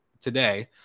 today